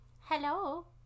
Hello